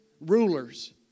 rulers